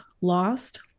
Lost